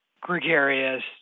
gregarious